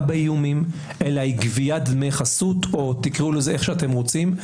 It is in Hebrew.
באיומים אלא היא גביית דמי חסות או תקראו לזה איך שאתם רוצים,